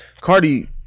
Cardi